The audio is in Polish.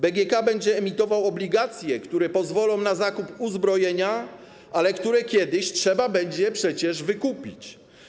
BGK będzie emitował obligacje, które pozwolą na zakup uzbrojenia, ale które kiedyś trzeba będzie przecież wykupić.